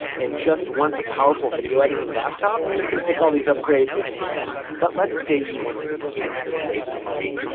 and just wants a powerful video editing laptop, you can pick all these upgrades and hit buy. but let's say you want to be smart and save some money,